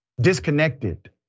disconnected